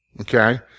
Okay